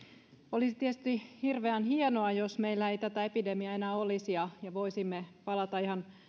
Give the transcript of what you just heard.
olisi tietysti hirveän hienoa jos meillä ei tätä epidemiaa enää olisi ja ja voisimme palata ihan